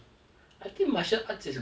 I think martial arts is good